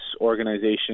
organization